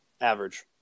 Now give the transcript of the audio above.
average